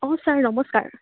অঁ ছাৰ নমস্কাৰ